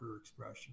expression